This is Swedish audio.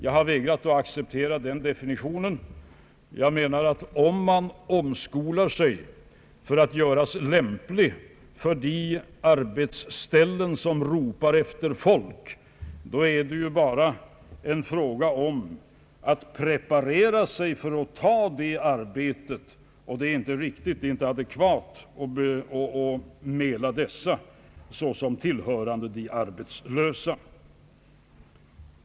Jag har vägrat att acceptera den definitionen. Jag menar att om man omskolas för att göras lämplig för de arbetsställen som ropar efter folk, är det ju bara fråga om att preparera sig för att ta det arbetet. Det är då inte adekvat att mäla dessa personer såsom tillhörande de arbetslösa.